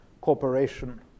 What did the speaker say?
cooperation